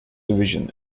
division